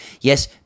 Yes